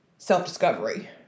Self-discovery